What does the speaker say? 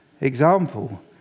example